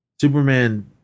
Superman